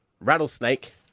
rattlesnake